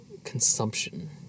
Consumption